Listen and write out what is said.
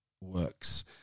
works